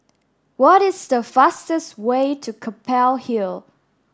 what is the fastest way to Keppel Hill